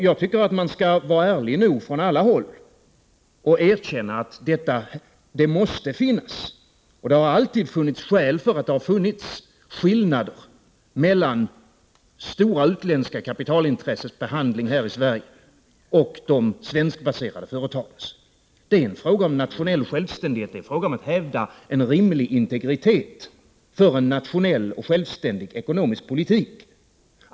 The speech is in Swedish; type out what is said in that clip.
Jag tycker att man skall vara ärlig nog från alla håll att erkänna att det måste finnas — och alltid har funnits skäl för att det funnits — skillnader mellan stora utländska kapitalintressens behandling här i Sverige och svenskbaserade företags. Det är en fråga om nationell självständighet. Det är en fråga om att hävda en rimlig integritet för en nationell och självständig ekonomisk politik.